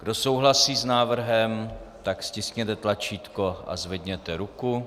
Kdo souhlasí s návrhem, stiskněte tlačítko a zvedněte ruku.